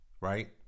right